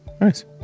nice